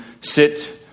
sit